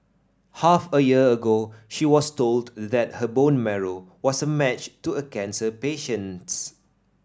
half a year ago she was told that her bone marrow was a match to a cancer patient's